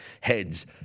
heads